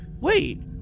wait